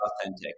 authentic